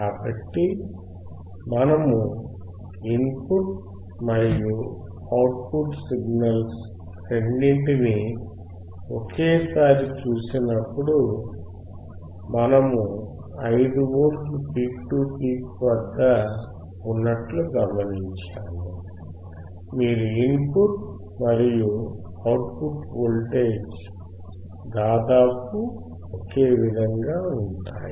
కాబట్టి మనము input మరియు అవుట్ పుట్ సిగ్నల్స్ రెండింటినీ ఒకేసారి చూసినప్పుడు మనము 5V పీక్ టు పీక్ వద్ద ఉన్నట్లు గమనించాము మీ ఇన్ పుట్ మరియు అవుట్ పుట్ వోల్టేజ్ దాదాపు ఒకే విధంగా ఉంటాయి